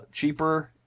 cheaper